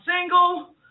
single